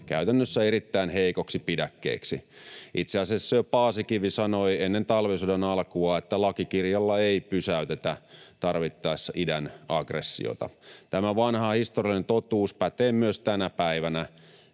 käytännössä erittäin heikoksi pidäkkeeksi. Itse asiassa jo Paasikivi sanoi ennen talvisodan alkua, että lakikirjalla ei pysäytetä tarvittaessa idän aggressiota. Tämä vanha historiallinen totuus pätee myös tänä päivänä.